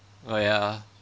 oh ya